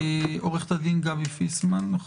ועורכת הדין גבי פיסמן.